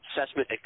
assessment